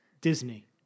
Disney